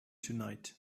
tonight